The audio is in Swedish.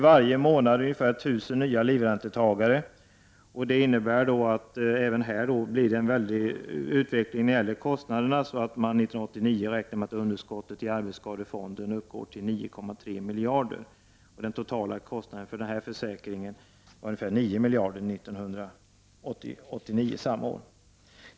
Varje månad tillkommer 1000 nya livräntetagare. Det innebär att det även här blir en snabb utveckling av kostnaderna, så att underskottet i arbetsskadefonden 1989 beräknas uppgå till 9,3 miljarder. Den totala kostnaden för denna försäkring var ungefär 9 miljarder 1989.